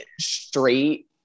straight